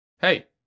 Hey